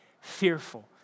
fearful